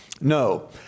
No